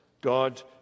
God